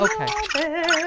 Okay